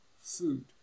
food